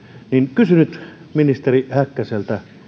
kysyn nyt ministeri häkkäseltä